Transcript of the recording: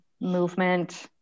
movement